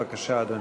בבקשה, אדוני.